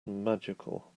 magical